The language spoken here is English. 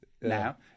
now